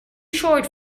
short